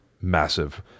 massive